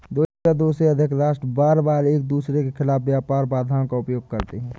दो या दो से अधिक राष्ट्र बारबार एकदूसरे के खिलाफ व्यापार बाधाओं का उपयोग करते हैं